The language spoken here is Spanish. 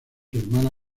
hermana